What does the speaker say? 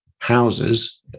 houses